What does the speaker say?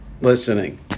listening